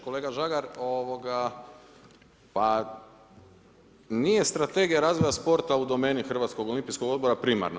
Kolega Žagar, pa nije Strategija razvoja sporta u domeni Hrvatskog olimpijskog odbora primarno.